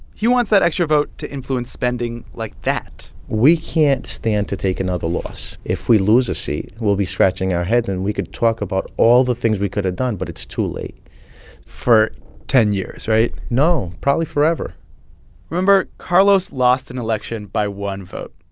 he wants that extra vote to influence spending like that we can't stand to take another loss. if we lose a seat, we'll be scratching our head. and we could talk about all the things we could have done, but it's too late for ten years, right? no, probably forever remember, carlos lost an election by one vote.